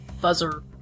buzzer